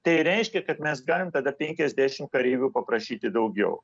tai reiškia kad mes galim tada penkiasdešim kareivių paprašyti daugiau